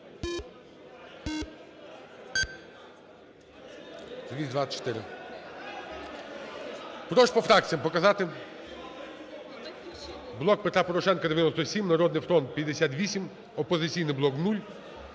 Прошу по фракціях показати. "Блок Петра Порошенка" – 97, "Народний фронт" – 58, "Опозиційний блок"